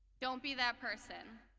don't be that person.